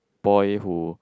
boy who